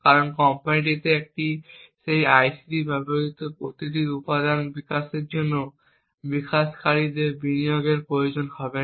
কারণ কোম্পানিটিকে সেই আইসি তে ব্যবহৃত প্রতিটি উপাদান বিকাশের জন্য বিকাশকারীদের বিনিয়োগের প্রয়োজন হবে না